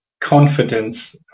confidence